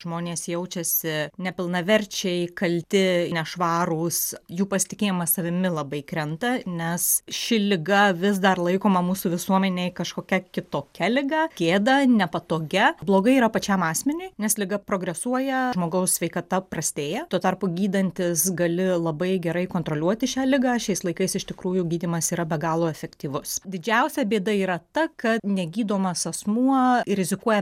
žmonės jaučiasi nepilnaverčiai kalti nešvarūs jų pasitikėjimas savimi labai krenta nes ši liga vis dar laikoma mūsų visuomenėj kažkokia kitokia liga gėda nepatogia blogai yra pačiam asmeniui nes liga progresuoja žmogaus sveikata prastėja tuo tarpu gydantis gali labai gerai kontroliuoti šią ligą šiais laikais iš tikrųjų gydymas yra be galo efektyvus didžiausia bėda yra ta kad negydomas asmuo rizikuoja